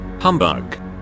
Humbug